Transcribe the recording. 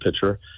pitcher